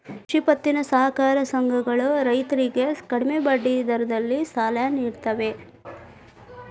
ಕೃಷಿ ಪತ್ತಿನ ಸಹಕಾರ ಸಂಘಗಳ ರೈತರಿಗೆ ಕಡಿಮೆ ಬಡ್ಡಿ ದರದ ಸಾಲ ನಿಡುತ್ತವೆ